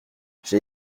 j’ai